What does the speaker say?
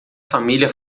família